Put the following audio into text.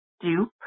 dupe